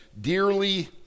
Dearly